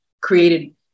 created